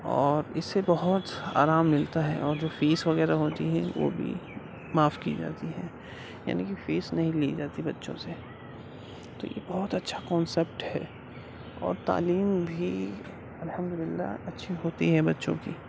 اور اس سے بہت آرام ملتا ہے اور جو فیس وغیرہ ہوتی ہے وہ بھی معاف کی جاتی ہے ان کی فیس نہیں لی جاتی بچوں سے تو یہ بہت اچھا کانسیپٹ ہے اور تعلیم بھی الحمد للہ اچھی ہوتی ہے بچوں کی